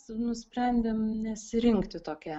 nusprendėm nesirinkti tokia